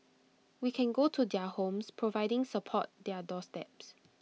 we can go to their homes providing support their doorsteps